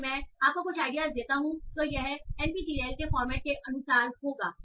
अगर मैं आपको कुछ आइडियास देता हूं तो यह एनपीटीईएल के फॉर्मेट के अनुसार होगा